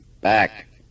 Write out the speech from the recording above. Back